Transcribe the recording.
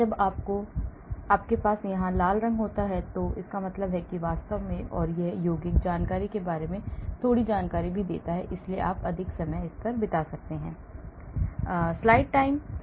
जब आपके पास यहां लाल रंग होता है तो इसका मतलब है कि वास्तव में और यह यौगिक जानकारी के बारे में थोड़ी जानकारी भी देता है इसलिए आप अधिक समय बिता सकते हैं